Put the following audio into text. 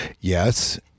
yes